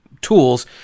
tools